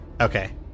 Okay